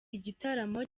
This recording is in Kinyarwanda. igitaramo